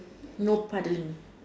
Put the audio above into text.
no paddling